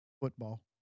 football